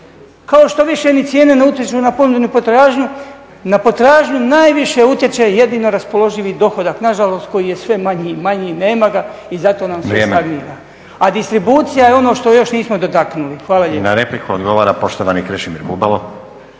kao što više ni cijene ne utječu na ponudu ni potražnju, na potražnju najviše utječe jedino raspoloživi dohodak nažalost koji je sve manji i manji, nema ga i zato …/Govornik se ne razumije./… …/Upadica: Vrijeme./… A distribucija je ono što još nismo dotaknuli. Hvala lijepo. **Stazić, Nenad (SDP)** Na repliku odgovara poštovani Krešimir Bubalo.